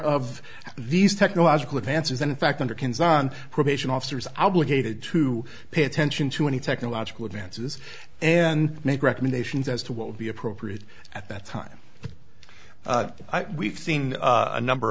of these technological advances in fact under probation officer is obligated to pay attention to any technological advances and make recommendations as to what would be appropriate at that time we've seen a number